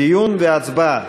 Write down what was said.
דיון והצבעה.